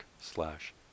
slash